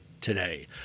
today